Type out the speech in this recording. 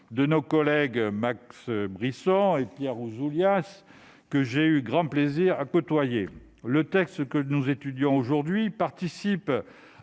de nos collègues Max Brisson et Pierre Ouzoulias, que j'ai eu grand plaisir à côtoyer. Le texte que nous examinons aujourd'hui ouvre